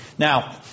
Now